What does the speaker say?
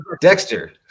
dexter